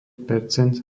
percent